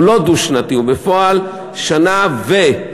הוא לא דו-שנתי, הוא בפועל שנה ו-,